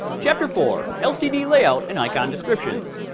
chapter four lcd layout and icon descriptions,